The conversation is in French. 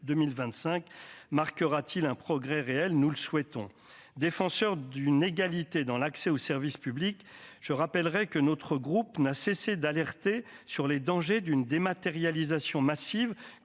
2025 marquera-t-il un progrès réel, nous le souhaitons, défenseur d'une égalité dans l'accès au service public, je rappellerai que notre groupe n'a cessé d'alerter sur les dangers d'une dématérialisation massive